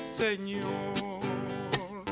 señor